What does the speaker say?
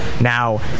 now